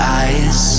eyes